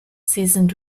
seasoned